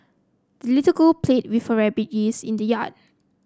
the little girl played with her rabbit and geese in the yard